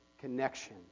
connection